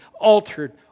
altered